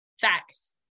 facts